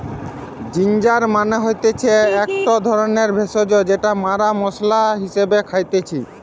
ginger মানে হতিছে একটো ধরণের ভেষজ যেটা মরা মশলা হিসেবে খাইতেছি